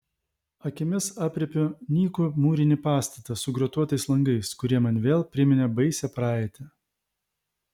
akimis aprėpiu nykų mūrinį pastatą su grotuotais langais kurie man vėl priminė baisią praeitį